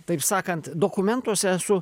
taip sakant dokumentuose esu